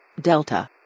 Delta